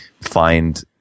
find